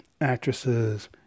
actresses